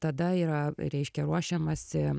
tada yra reiškia ruošiamasi